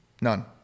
none